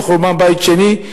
בחורבן בית שני,